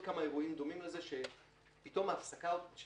עוד כמה אירועים שהפסקה של